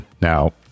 Now